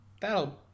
that'll